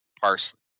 parsley